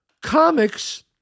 Comics